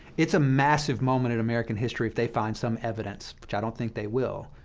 it's a massive moment in american history if they find some evidence, which i don't think they will,